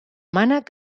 mànec